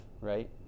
right